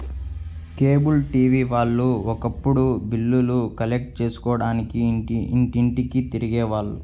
cable TV వాళ్ళు ఒకప్పుడు బిల్లులు కలెక్ట్ చేసుకోడానికి ఇంటింటికీ తిరిగే వాళ్ళు